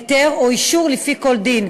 היתר או אישור לפי כל דין,